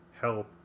help